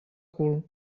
cul